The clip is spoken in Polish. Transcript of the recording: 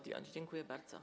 Dziękuję bardzo.